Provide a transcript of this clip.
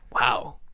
Wow